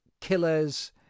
killers